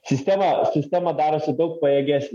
sistema sistema darosi daug pajėgesnė